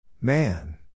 Man